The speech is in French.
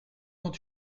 quand